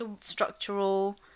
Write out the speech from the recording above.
structural